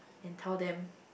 and tell them